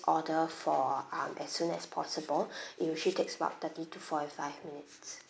order for um as soon as possible usually takes about thirty to forty-five minutes